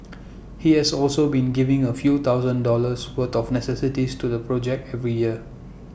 he has also been giving A few thousand dollars worth of necessities to the project every year